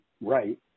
right